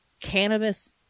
cannabis